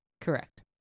correct